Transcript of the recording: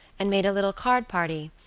and made a little card party,